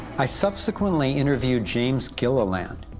i subsequently interviewed james gilliland.